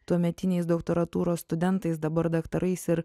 tuometiniais doktorantūros studentais dabar daktarais ir